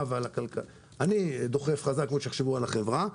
ועל הכלכלה אני דוחף חזק מאוד שיחשבו על החברה,